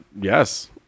yes